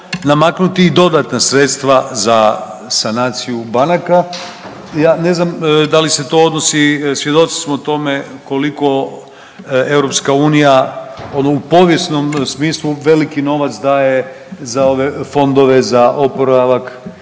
namaknuti i dodatna sredstva za sanaciju banaka. Ja ne znam da li se to odnosi, svjedoci smo tome koliko EU ono u povijesnom smislu veliki novac daje za ove fondove za oporavak